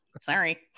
sorry